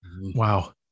Wow